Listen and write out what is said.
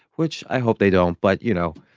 which i hope they don't, but you know.